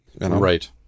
right